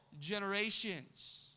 generations